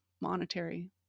monetary